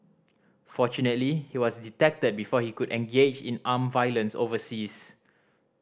fortunately he was detected before he could engage in armed violence overseas